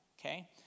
Okay